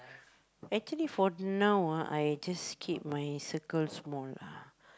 actually for now ah I just keep my circle small lah